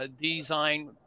design